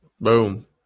Boom